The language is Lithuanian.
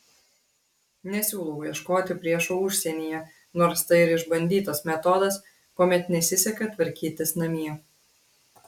nesiūlau ieškoti priešų užsienyje nors tai ir išbandytas metodas kuomet nesiseka tvarkytis namie